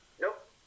Nope